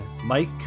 Mike